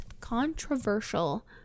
controversial